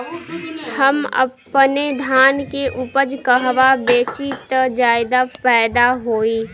हम अपने धान के उपज कहवा बेंचि त ज्यादा फैदा होई?